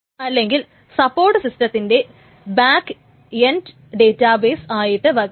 അല്ലെങ്കിൽ സപോർട്ട് സിസ്റ്റത്തിന്റെ back end database ആയിട്ട് വക്കുന്നു